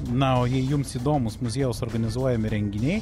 na o jei jums įdomūs muziejaus organizuojami renginiai